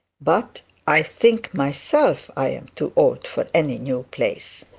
but i think myself i am too old for any new place